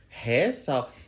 hairstyle